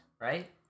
right